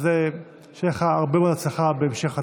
אז שתהיה לך הרבה הצלחה בהמשך הדרך.